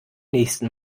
nächsten